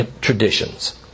traditions